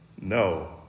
no